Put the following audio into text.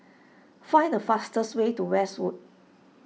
find the fastest way to Westwood